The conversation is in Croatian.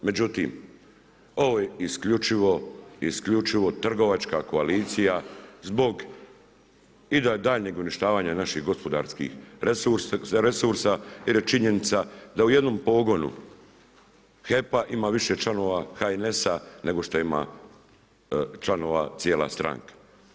Međutim, ovo je isključivo trgovačka koalicija zbog daljnjeg uništavanja naših gospodarskih resursa jer je činjenica da u jednom pogonu HDP-a ima više članova HNS-a nego šta ima članova cijela stranka.